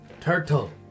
turtle